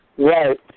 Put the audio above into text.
Right